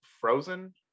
Frozen